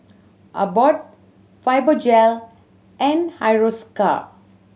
Abbott Fibogel and Hiruscar